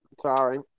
Sorry